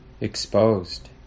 exposed